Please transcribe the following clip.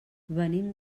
venim